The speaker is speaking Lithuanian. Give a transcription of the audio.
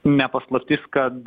ne paslaptis kad